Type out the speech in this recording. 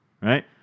right